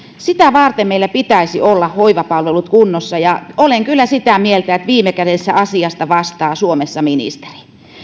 sitä varten meillä pitäisi olla hoivapalvelut kunnossa ja olen kyllä sitä mieltä että viime kädessä asiasta vastaa suomessa ministeri